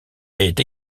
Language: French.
est